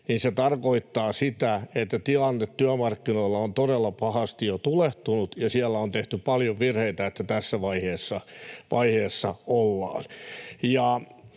se tarkoittaa sitä, että tilanne työmarkkinoilla on todella pahasti jo tulehtunut ja siellä on tehty paljon virheitä niin, että tässä vaiheessa ollaan.